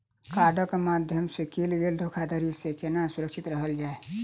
कार्डक माध्यम सँ कैल गेल धोखाधड़ी सँ केना सुरक्षित रहल जाए?